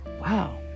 Wow